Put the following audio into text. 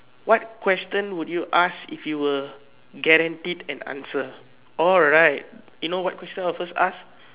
what question would you ask if you were guaranteed an answer all right you know what question I'll first ask